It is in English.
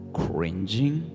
cringing